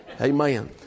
Amen